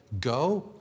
go